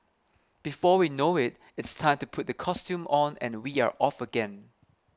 before we know it it's time to put the costume on and we are off again